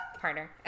partner